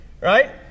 Right